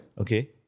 okay